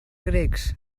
grecs